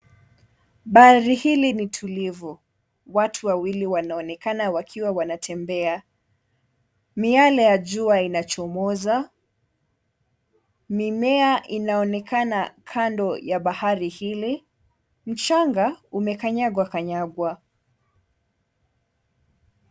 Bahari hili ni tulivu. Watu wawili wanaonekana wakiwa wanatembea. Miale ya jua inachomoza. Mimea inaonekana kando ya bahari hili. Mchanga umekanyagwakanyagwa.